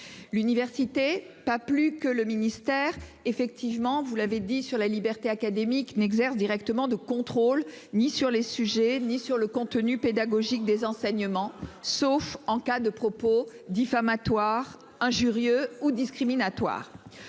L'université, pas plus que le ministère effectivement vous l'avez dit sur la liberté académique n'exerce directement de contrôle ni sur les sujets ni sur le contenu pédagogique des enseignements, sauf en cas de propos diffamatoires injurieux ou discriminatoire.